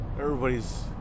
Everybody's